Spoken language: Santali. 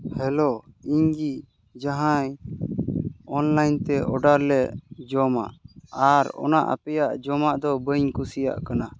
ᱦᱮᱞᱳ ᱤᱧ ᱜᱮ ᱡᱟᱦᱟᱸᱭ ᱚᱱᱞᱟᱭᱤᱱ ᱛᱮ ᱚᱰᱟᱨ ᱞᱮ ᱡᱚᱢᱟ ᱟᱨ ᱚᱱᱟ ᱟᱯᱮᱭᱟᱜ ᱡᱚᱢᱟᱜ ᱫᱚ ᱵᱟᱹᱧ ᱠᱩᱥᱤᱭᱟᱜ ᱠᱟᱱᱟ